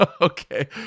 okay